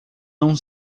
não